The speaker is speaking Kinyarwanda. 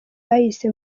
bayise